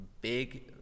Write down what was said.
big